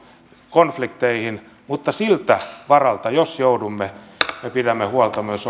konflikteihin mutta siltä varalta jos joudumme me pidämme huolta myös